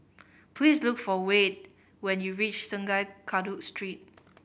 please look for Wayde when you reach Sungei Kadut Street